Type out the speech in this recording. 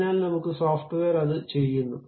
അതിനാൽ നമ്മുടെ സോഫ്റ്റ്വെയർ അത് ചെയ്യുന്നു